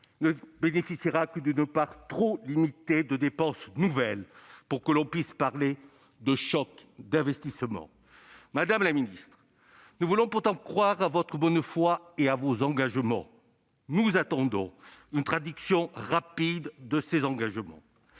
ne bénéficiera que d'une part trop limitée de dépenses nouvelles pour que l'on puisse parler de choc d'investissement. Madame la ministre, nous voulons pourtant croire à votre bonne foi et à vos engagements. Nous attendons une traduction rapide de ces promesses.